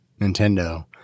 Nintendo